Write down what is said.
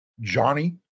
Johnny